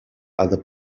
other